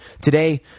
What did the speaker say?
today